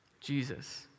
Jesus